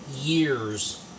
years